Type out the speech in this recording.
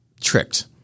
tricked